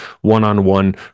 one-on-one